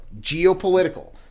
Geopolitical